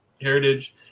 heritage